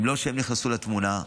אלמלא הם נכנסו לתמונה,